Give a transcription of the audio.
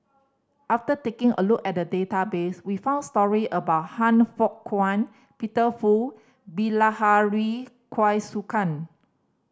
after taking a look at the database we found story about Han Fook Kwang Peter Fu Bilahari Kausikan